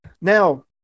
now